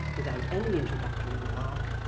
without any introductory remark